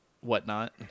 whatnot